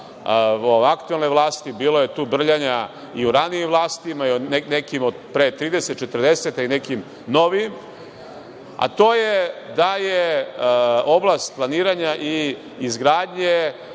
aktuelne vlasti, bilo je tu brljanja i u ranijim vlastima, i u nekima od pre 30, 40 i u nekim novijim, a to je da je oblast planiranja i izgradnje